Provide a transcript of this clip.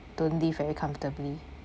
don't live very comfortably